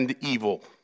evil